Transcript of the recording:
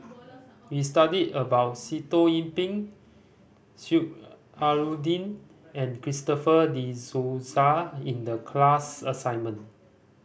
we studied about Sitoh Yih Pin Sheik Alau'ddin and Christopher De Souza in the class assignment